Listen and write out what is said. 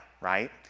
right